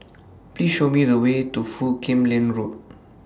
Please Show Me The Way to Foo Kim Lin Road